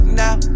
now